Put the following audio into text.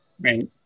right